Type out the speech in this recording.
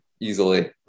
easily